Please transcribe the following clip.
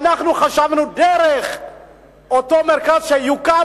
ואנחנו חשבנו שדרך אותו מרכז שיוקם,